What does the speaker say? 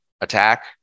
attack